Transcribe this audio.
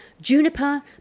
Juniper